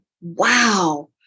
Wow